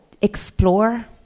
explore